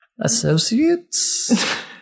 associates